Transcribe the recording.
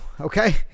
okay